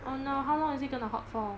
oh no how long is it gonna hot for